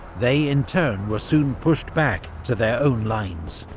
they, in turn, were soon pushed back to their own lines.